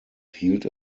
hielt